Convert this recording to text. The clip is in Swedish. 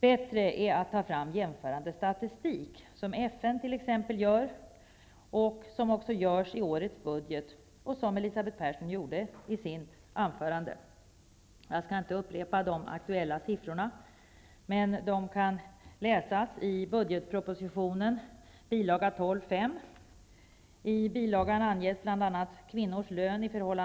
Bättre är att ta fram jämförande statistik som FN gör, som görs i årets statsbudget och som Elisabeth Persson gjorde i sitt anförande. Jag skall inte upprepa de aktuella siffrorna. De kan studeras i budgetpropositionen, bil. 12.